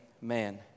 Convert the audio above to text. man